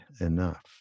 enough